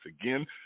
again